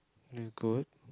you could